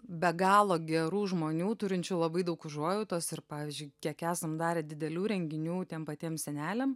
be galo gerų žmonių turinčių labai daug užuojautos ir pavyzdžiui kiek esam darę didelių renginių tiem patiem seneliam